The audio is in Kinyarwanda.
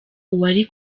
uwari